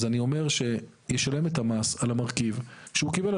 אז אני אומר שהוא ישלם את המס על המרכיב שהוא קיבל,